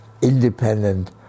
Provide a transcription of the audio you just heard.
Independent